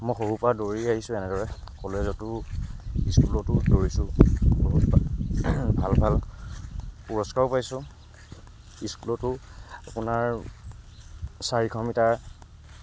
মই সৰুৰ পৰা দৌৰি আহিছোঁ এনেদৰে কলেজতো স্কুলতো দৌৰিছোঁ বহুত ভাল ভাল পুৰস্কাৰো পাইছোঁ স্কুলতো আপোনাৰ চাৰিশ মিটাৰ